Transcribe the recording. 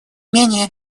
менее